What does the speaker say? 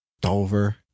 Dover